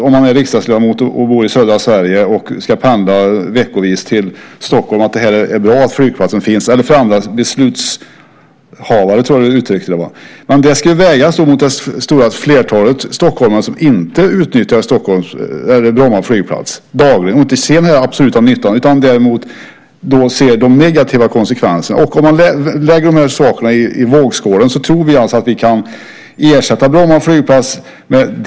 För en riksdagsledamot som bor i södra Sverige eller för andra beslutshavare, som jag tror att du uttryckte det, och som ska veckopendla till Stockholm kan jag förstå att det är bra att flygplatsen finns. Men det ska vägas mot det stora flertalet stockholmare som inte dagligen utnyttjar Bromma flygplats och som inte ser den absoluta nyttan utan ser de negativa konsekvenserna. Om de här sakerna läggs i en vågskål kan, tror vi, slutsatsen dras att Bromma flygplats kan ersättas.